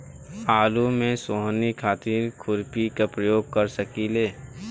आलू में सोहनी खातिर खुरपी के प्रयोग कर सकीले?